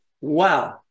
Wow